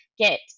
get